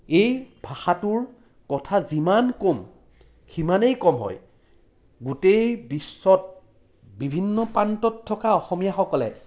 এই ভাষাটোৰ কথা যিমান ক'ম সিমানেই কম হয় গোটেই বিশ্বত বিভিন্ন প্ৰান্তত থকা অসমীয়াসকলে